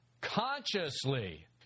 consciously